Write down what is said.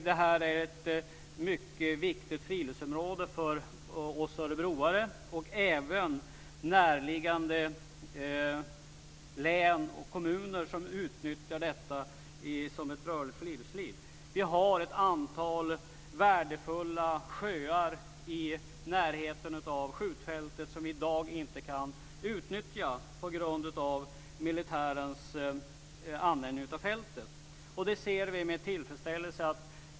Det är ett mycket viktigt friluftsområde för oss örebroare och även för närliggande län och kommuner som utnyttjar detta för det rörliga friluftslivet. Vi har ett antal värdefulla sjöar i närheten i skjutfältet som vi i dag inte kan utnyttja på grund av militärens användning av fältet.